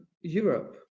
Europe